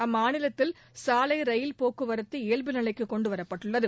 அம்மாநிலத்தில் சாலை ரயில் போக்குவரத்து இயல்பு நிலைக்கு கொண்டுவரப்பட்டுள்ளது